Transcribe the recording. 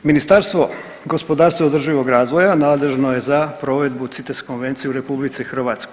Ministarstvo gospodarstva i održivog razvoja nadležno je za provedbu CITES konvencije u RH.